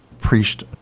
priest